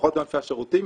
פחות בענפי השירותים,